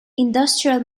industrial